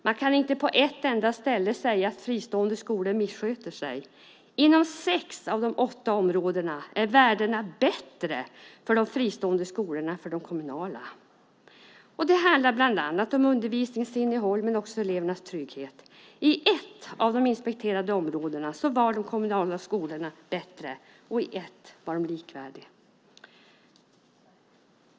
Man kan inte på ett enda ställe säga att fristående skolor missköter sig. Inom sex av de åtta områdena är värdena bättre för de fristående skolorna än för de kommunala. Det handlar bland annat om undervisningens innehåll och om elevernas trygghet. På ett av de inspekterade områdena var de kommunala skolorna bättre och på ett var de likvärdiga.